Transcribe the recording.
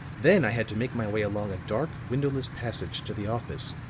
then i had to make my way along a dark windowless passage to the office,